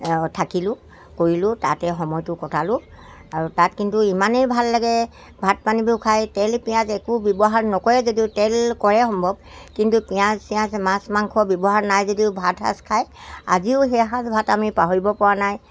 থাকিলোঁ কৰিলোঁ তাতে সময়টো কটালোঁ আৰু তাত কিন্তু ইমানেই ভাল লাগে ভাত পানীবোৰ খাই তেল পিঁয়াজ একো ব্যৱহাৰ নকৰে যদিও তেল কৰে সম্ভৱ কিন্তু পিঁয়াজ চিয়জ মাছ মাংস ব্যৱহাৰ নাই যদিও ভাতসাজ খায় আজিও সেই সাজ ভাত আমি পাহৰিব পৰা নাই